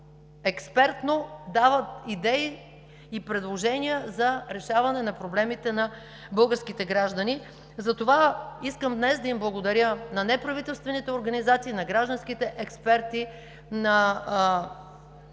експертно дават идеи и предложения за решаване на проблемите на българските граждани. Затова искам днес да благодаря на неправителствените организации, на гражданските експерти, на